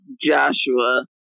Joshua